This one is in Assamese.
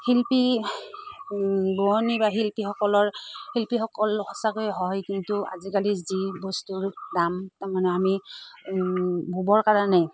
শিল্পী বোৱনী বা শিল্পীসকলৰ শিল্পীসকল সঁচাকৈ হয় কিন্তু আজিকালি যি বস্তুৰ দাম মানে আমি ববৰ কাৰণে